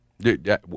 Dude